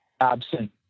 absent